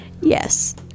yes